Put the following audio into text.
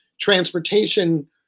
transportation